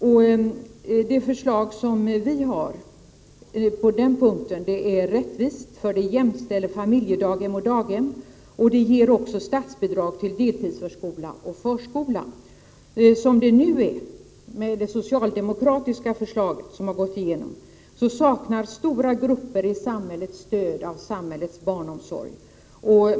Det förslag som vi har på denna punkt är rättvist, för det jämställer familjedaghem med daghem, och det ger också statsbidrag till deltidsförskola och förskola. Som situationen nu är, sedan det socialdemokratiska förslaget gått igenom, saknar stora grupper i samhället stöd av samhällets barnomsorg.